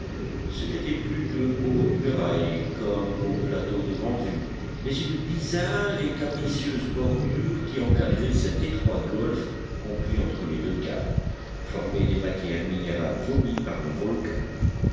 ce n'étaient plus de hautes murailles comme au plateau de grande vue mais une bizarre et capricieuse bordure qui encadrait cet étroit golfe compris entre les deux caps formés des matières minérales vomies par le volcan